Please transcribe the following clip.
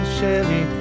Chevy